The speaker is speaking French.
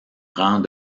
rang